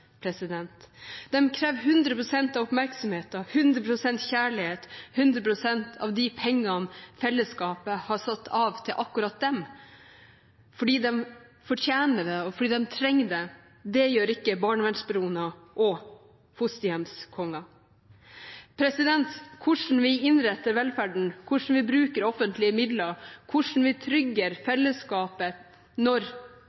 kjærlighet, 100 pst. av de pengene fellesskapet har satt av til akkurat dem – fordi de fortjener det, og fordi de trenger det. Det gjør ikke barnevernsbaroner og fosterhjemskonger. Hvordan vi innretter velferden, hvordan vi bruker offentlige midler, hvordan vi trygger fellesskapet når